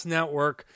Network